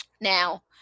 Now